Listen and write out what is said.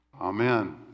Amen